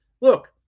look